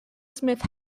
smith